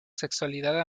sexualidad